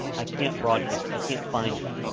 i can't broadcast, i can't find them,